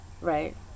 Right